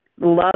love